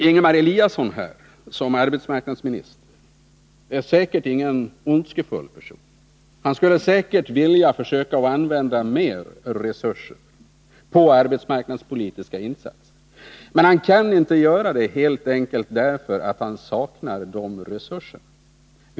Ingemar Eliasson är som arbetsmarknadsminister säkerligen ingen ondskefull person. Han skulle säkert vilja använda större resurser på arbetsmarknadspolitiska insatser. Men han kan inte göra det, helt enkelt därför att han saknar de resurserna.